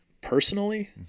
personally